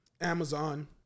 Amazon